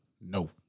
No